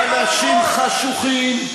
אנשים חשוכים,